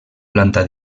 planta